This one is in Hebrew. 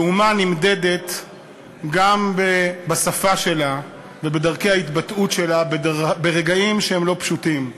ואומה נמדדת גם בשפה שלה ובדרכי ההתבטאות שלה ברגעים שהם לא פשוטים.